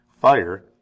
fire